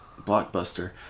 Blockbuster